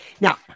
Now